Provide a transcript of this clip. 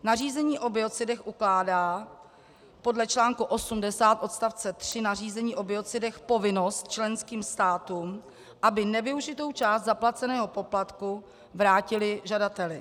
Nařízení o biocidech ukládá podle čl. 80 odst. 3 nařízení o biocidech povinnost členským státům, aby nevyužitou část zaplaceného poplatku vrátily žadateli.